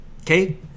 okay